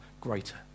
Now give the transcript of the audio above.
greater